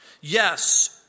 Yes